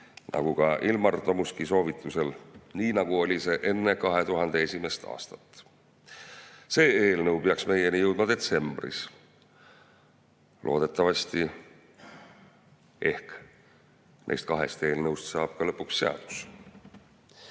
nagu ka Ilmar Tomusk soovitab ja nii, nagu oli see enne 2001. aastat. See eelnõu peaks meieni jõudma detsembris. Loodetavasti neist kahest eelnõust saab lõpuks seadus. Ma